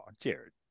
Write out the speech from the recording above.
Jared